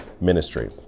ministry